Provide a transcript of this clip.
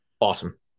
Awesome